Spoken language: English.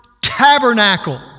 tabernacle